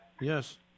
Yes